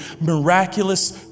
miraculous